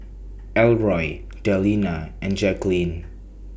Elroy Delina and Jackeline